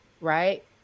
right